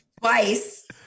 Twice